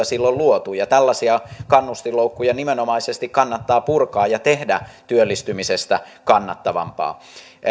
silloin luoneet tällaisia kannustinloukkuja nimenomaisesti kannattaa purkaa ja tehdä työllistymisestä kannattavampaa